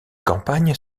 campagnes